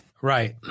Right